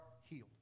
healed